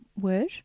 word